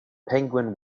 penguin